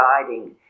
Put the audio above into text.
guiding